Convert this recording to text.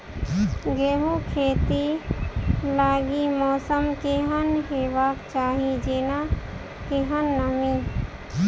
गेंहूँ खेती लागि मौसम केहन हेबाक चाहि जेना केहन नमी?